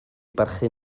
barchu